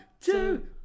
two